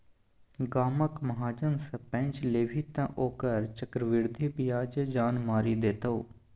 गामक महाजन सँ पैंच लेभी तँ ओकर चक्रवृद्धि ब्याजे जान मारि देतौ